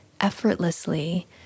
effortlessly